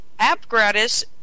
AppGratis